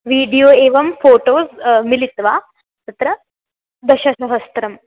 video एवं photo मिलित्वा तत्र दशसहस्रम्